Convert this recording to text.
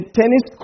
tennis